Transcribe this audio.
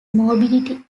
morbidity